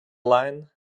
line